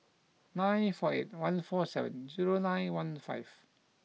nine four eight one four seven zero nine one five